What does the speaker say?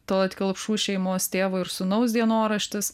tallat kelpšų šeimos tėvo ir sūnaus dienoraštis